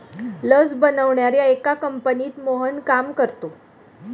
लस बनवणाऱ्या एका कंपनीत मोहन काम करतो